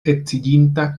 edziĝinta